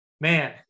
Man